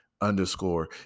underscore